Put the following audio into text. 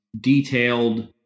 detailed